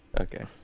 Okay